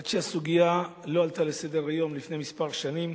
עד שהסוגיה עלתה לסדר-היום לפני כמה שנים.